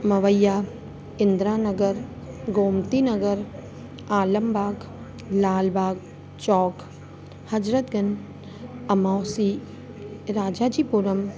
Mawaiya Indira Nagar Gomti Nagar Alambagh Lalbagh Chowk Hazratganj Amausi Rajajipuram